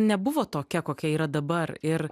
nebuvo tokia kokia yra dabar ir